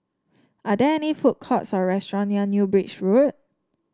are there any food courts or restaurant near New Bridge Road